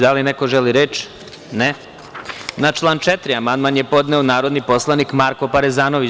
Da li neko želi reč? (Ne) Na član 4. amandman je podneo narodni poslanik Marko Parezanović.